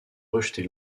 rejeter